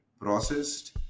processed